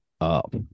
up